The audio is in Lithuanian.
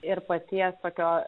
ir paties tokio